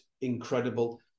incredible